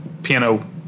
piano